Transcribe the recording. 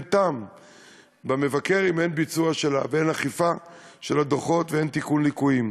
ואין טעם במבקר אם אין ביצוע ואין אכיפה של הדוחות ואין תיקון ליקויים.